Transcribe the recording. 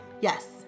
Yes